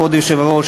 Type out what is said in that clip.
כבוד היושב-ראש,